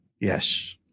Yes